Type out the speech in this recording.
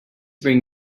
bring